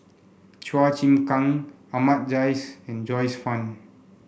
Chua Chim Kang Ahmad Jais and Joyce Fan